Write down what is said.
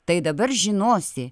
tai dabar žinosi